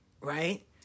right